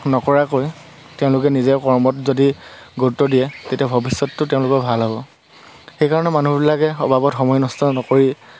নকৰাকৈ তেওঁলোকে নিজে কৰ্মত যদি গুৰুত্ব দিয়ে তেতিয়া ভৱিষ্যতটো তেওঁলোকৰ ভাল হ'ব সেইকাৰণে মানুহবিলাকে অবাবত সময় নষ্ট নকৰি